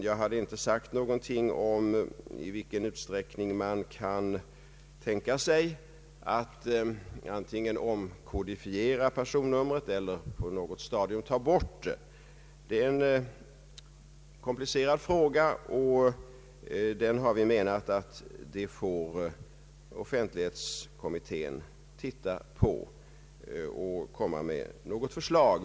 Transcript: Jag hade inte sagt någonting om i vilken utsträckning man kan tänka sig att antingen omkodifiera personnumret eller på något stadium ta bort det. Detta är en komplicerad fråga, och vi har menat att offentlighetskommittén bör titta på den och komma med förslag.